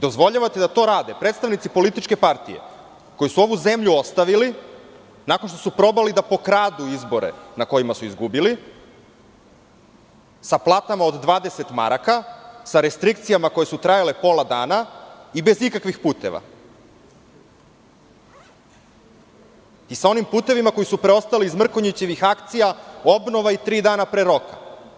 Dozvoljavate da to rade predstavnici političke partije koji su ovu zemlju ostavili nakon što su probali da pokradu izbore na kojima su izgubili, sa platama od 20 maraka, sa restrikcijama koje su trajale pola dana i bez ikakvih puteva i sa onim putevima koji su preostali iz Mrkonjićevih akcija obnova i tri dana pre roka.